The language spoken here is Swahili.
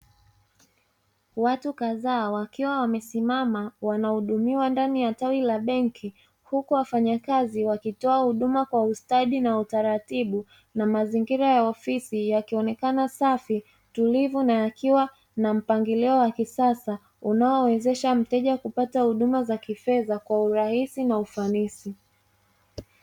Watu kadhaa wakiwa wamesimama wanahudumiwa ndani ya tawi la benki, huku wafanyakazi wakitoa huduma kwa ustadi na utaratibu, na mazingira ya ofisi yakionekana safu, tulivu na yakiwa na mpangilio wa kisasa unaowezesha mteja kupata huduma za kifedha kwa urahisi na ufanisi.